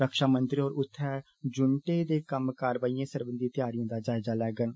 रक्षामंत्री होर उत्थे यूनटें दी कम्मे कारवाइयें सरबंधी तैयारियें दा जायज़ा लैडन